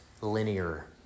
linear